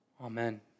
Amen